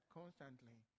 constantly